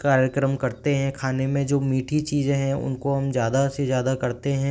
कार्यक्रम करते हैं खाने में जो मीठी चीज़ें हैं उनको हम ज़्यादा से ज़्यादा करते हैं